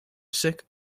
sick